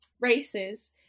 races